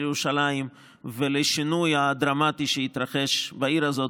ירושלים ועל השינוי הדרמטי שהתרחש בעיר הזאת.